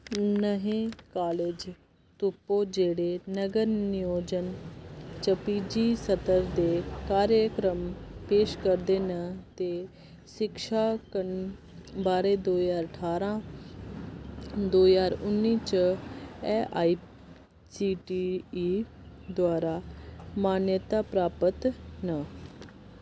नेह् कालज तुप्पो जेह्ड़े नगर नियोजन च पीजी स्तर दे कार्यक्रम पेश करदे न ते शिक्षा ब'रे दो ज्हार ठारां दो ज्हार उ'न्नी च च एआईसीटीई द्वारा मान्यता प्राप्त न